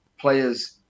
players